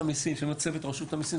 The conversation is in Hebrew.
צוות רשות המיסים).